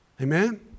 Amen